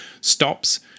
stops